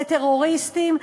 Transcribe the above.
לטרוריסטים.